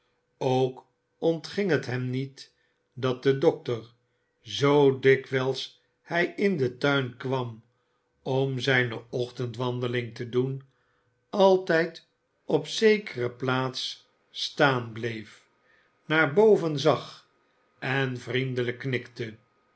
ook ontging het hem niet dat de dokter zoo dikwijls hij in den tuin kwam om zijne ochtendwande ing te doen altijd op zekere plaats staan bleef naar boven zag en vriendelijk